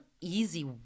easy